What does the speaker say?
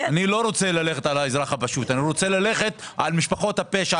אני לא רוצה ללכת על האזרח הפשוט אלא על משפחות הפשע,